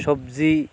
সবজি